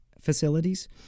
facilities